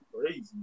crazy